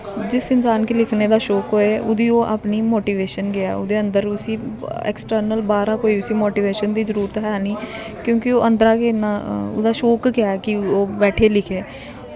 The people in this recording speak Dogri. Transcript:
जिस इंसान गी लिखने दा शौक होऐ ओह्दी ओह् अपनी मोटिवेशन गै ऐ ओह्दे अन्दर उसी एक्सटर्नल बाह्रा कोई मोटिवेशन दी जरूरत ऐ निं क्योंकि ओह् अन्दरा दा गै इ'न्ना ओह्दा शौक गै ऐ कि ओह् बैठिये लिखे